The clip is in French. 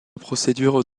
procédure